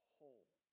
whole